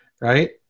right